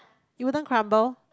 it wouldn't crumble